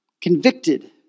Convicted